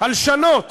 הלשנות